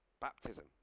Baptism